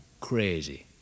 Crazy